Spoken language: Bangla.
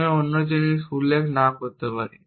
আমি অন্য জিনিস উল্লেখ নাও হতে পারে